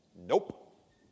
Nope